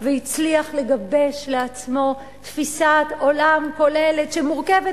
והצליח לגבש לעצמו תפיסת עולם כוללת שמורכבת